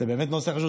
זה באמת נושא חשוב,